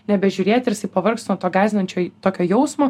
nebežiūrėti ir jisai pavargs nuo to gąsdinančio tokio jausmo